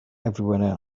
everywhere